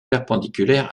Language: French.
perpendiculaires